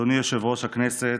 אדוני יושב-ראש הכנסת,